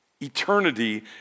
Eternity